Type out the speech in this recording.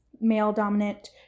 male-dominant